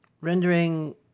rendering